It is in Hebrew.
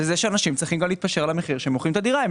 שאנשים צריכים להתפשר על המחיר בו הם מוכרים את הדירה.